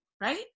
right